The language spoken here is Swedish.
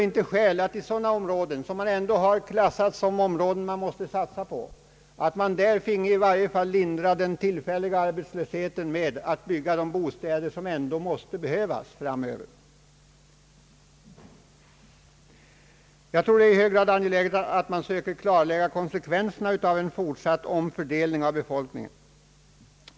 I sådana områden, som har klassats som områden man måste satsa på, vore det väl rimligt att man finge i varje fall lindra den tillfälliga arbetslösheten genom att bygga de bostäder som ändå kommer att behövas framdeles. Jag tror att det är i hög grad angeläget att man söker klarlägga konsekvenserna av en fortsatt omfördelning av befolkningen.